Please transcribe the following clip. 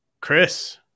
Chris